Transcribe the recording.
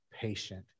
patient